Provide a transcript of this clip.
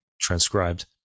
transcribed